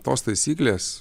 tos taisyklės